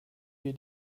wir